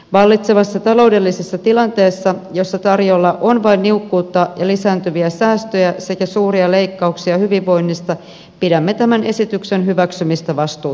vallitsevassa taloudellisessa tilanteessa jossa tarjolla on vain niukkuutta ja lisääntyviä säästöjä sekä suuria leikkauksia hyvinvoinnista pidämme tämän esityksen hyväksymistä vastuuttomana